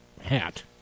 hat